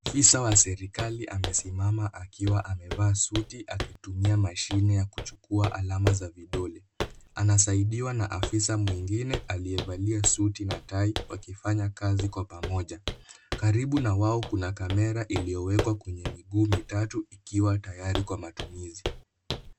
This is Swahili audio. Afisa wa serekali amesimama akiwa amevaa suti akitumia mashine ya kuchukua alama za vidole. Anasaidiwa na afisa mwingine aliyevalia suti na tai wakifanya kazi kwa pamoja. Karibu na wao kuna kamera iliyowekwa kwenye miguu mitatu ikiwa tayari kwa matumizi.